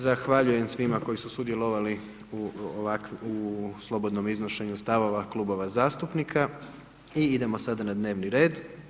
Zahvaljujem svima koji su sudjelovali u slobodnom iznošenju stavova klubova zastupnika i idemo sada na dnevni red.